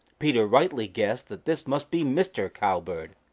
peter rightly guessed that this must be mr. cowbird.